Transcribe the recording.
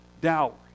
dowry